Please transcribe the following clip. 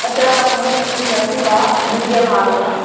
अत्र मनुस्मृतिः अस्ति वा द्वितीयभागः